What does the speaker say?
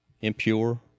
impure